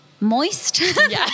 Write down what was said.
moist